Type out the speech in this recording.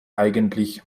eigentlich